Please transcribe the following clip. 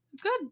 Good